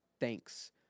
Thanks